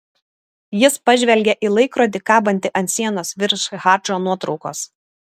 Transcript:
jis pažvelgė į laikrodį kabantį ant sienos virš hadžo nuotraukos